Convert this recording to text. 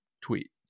tweet